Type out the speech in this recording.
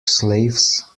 slaves